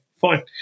fine